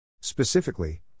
Specifically